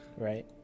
Right